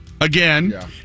again